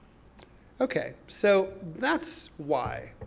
okay, so that's why.